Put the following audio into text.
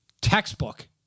textbook